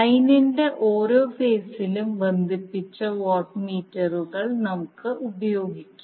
ലൈനിൻറെ ഓരോ ഫേസിലും ബന്ധിപ്പിച്ച വാട്ട് മീറ്ററുകൾ നമ്മൾ ഉപയോഗിക്കും